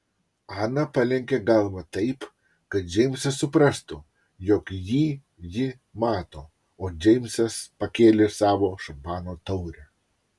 ana palenkė galvą taip kad džeimsas suprastų jog jį ji mato o džeimsas pakėlė savo šampano taurę